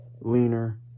Leaner